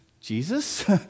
Jesus